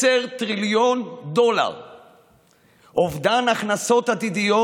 10 טריליון דולר אובדן הכנסות עתידיות,